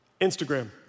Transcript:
Instagram